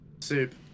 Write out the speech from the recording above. Soup